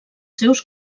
seus